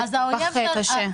זה נדבך קשה.